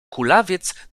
kulawiec